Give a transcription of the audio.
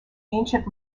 ancient